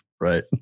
Right